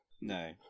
No